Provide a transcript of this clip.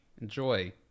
enjoy